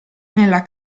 nella